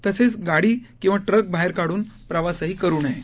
तसेच गाडी किंवा ट्रक बाहेर काढून प्रवासही करु नये